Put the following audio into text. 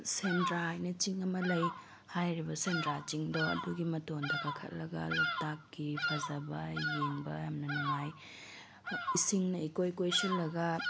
ꯁꯦꯟꯗ꯭ꯔꯥ ꯍꯥꯏꯅ ꯆꯤꯡ ꯑꯃ ꯂꯩ ꯍꯥꯏꯔꯤꯕ ꯁꯦꯟꯗ꯭ꯔꯥ ꯆꯤꯡꯗꯣ ꯑꯗꯨꯒꯤ ꯃꯇꯣꯟꯗ ꯀꯥꯈꯠꯂꯒ ꯂꯣꯛꯇꯥꯛꯀꯤ ꯐꯖꯕ ꯌꯦꯡꯕ ꯌꯥꯝꯅ ꯅꯨꯡꯉꯥꯏ ꯏꯁꯤꯡꯅ ꯏꯀꯣꯏ ꯀꯣꯏꯁꯜꯂꯒ